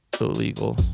illegal